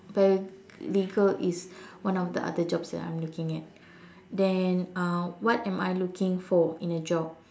paralegal is one of the other jobs that I'm looking at then uh what am I looking for in a job